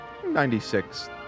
96